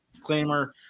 claimer